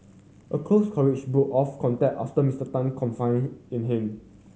a close colleague broke off contact after Mister Tan confided in him